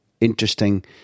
interesting